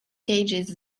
cages